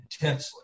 intensely